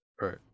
Right